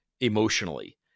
emotionally